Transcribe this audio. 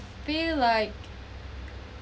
feel like